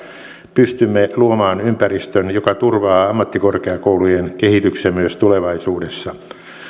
pystymme luomaan ympäristön joka turvaa ammattikorkeakoulujen kehityksen myös tulevaisuudessa